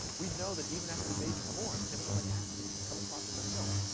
we know that even after the baby's born, chemicals like atrazine can come across in the milk,